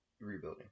rebuilding